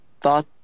thought